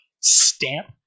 stamp